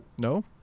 No